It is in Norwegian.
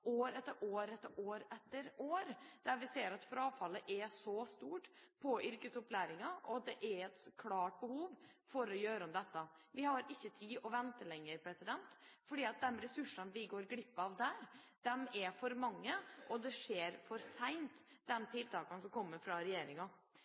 vi har sett år etter år, med så stort frafall innen yrkesopplæringa. Det er et klart behov for å gjøre noe med dette. Vi har ikke tid til å vente lenger, for de ressursene vi går glipp av der, er for mange, og de tiltakene som kommer fra regjeringa, kommer for